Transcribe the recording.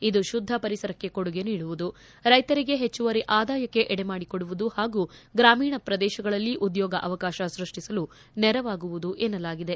ಇದು ಶುದ್ದ ಪರಿಸರಕ್ಕೆ ಕೊಡುಗೆ ನೀಡುವುದು ರೈತರಿಗೆ ಹೆಚ್ಚುವರಿ ಆದಾಯಕ್ಕೆ ಎಡೆಮಾಡಿಕೊಡುವುದು ಹಾಗೂ ಗ್ರಾಮೀಣ ಪ್ರದೇಶಗಳಲ್ಲಿ ಉದ್ಲೋಗಾವಕಾಶ ಸ್ಪಷ್ಟಿಸಲು ನೆರವಾಗುವುದು ಎನ್ನಲಾಗಿದೆ